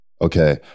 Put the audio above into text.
okay